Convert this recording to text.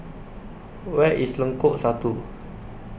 Where IS Lengkok Satu